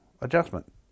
adjustment